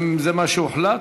האם זה מה שהוחלט?